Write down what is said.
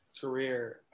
career